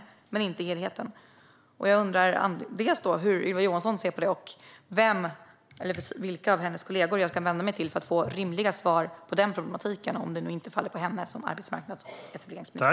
Men det är inte helheten. Jag undrar hur Ylva Johansson ser på detta och vilka av hennes kollegor jag ska vända mig till för att få rimliga svar i fråga om denna problematik om det nu inte ligger på henne som arbetsmarknads och etableringsminister.